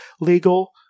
legal